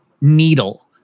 needle